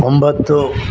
ಒಂಬತ್ತು